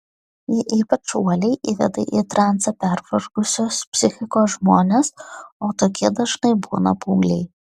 ji ypač uoliai įveda į transą pervargusios psichikos žmones o tokie dažnai būna paaugliai